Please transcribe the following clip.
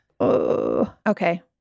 Okay